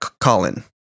Colin